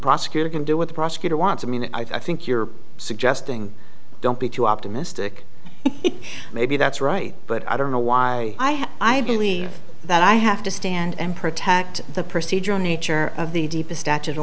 prosecutor can do what the prosecutor wants i mean i think you're suggesting don't be too optimistic maybe that's right but i don't know why i believe that i have to stand and protect the procedure nature of the deepest natu